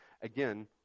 Again